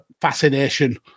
fascination